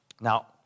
Now